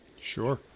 Sure